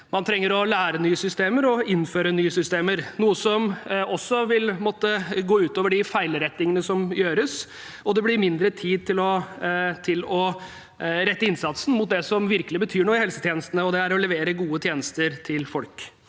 Man trenger å lære nye systemer og innføre nye systemer, noe som også vil måtte gå ut over de feilrettingene som gjøres, og det blir mindre tid til å til å rette innsatsen mot det som virkelig betyr noe i helsetjenestene, og det er å levere gode tjenester til folk.